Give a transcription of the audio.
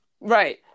Right